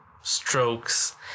Strokes